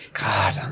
God